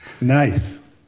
nice